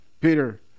Peter